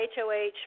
HOH